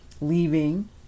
leaving